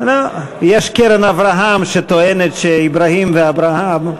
יש "קרן אברהם" שטוענת שאברהים ואברהם,